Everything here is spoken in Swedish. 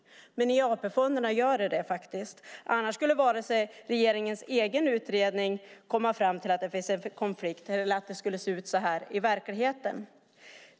Men i AP-fonderna gör det faktiskt det. Annars skulle inte regeringens egen utredning komma fram till att det finns en konflikt eller att det skulle se ut så här i verkligheten.